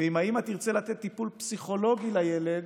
ואם האימא תרצה לתת טיפול פסיכולוגי לילד,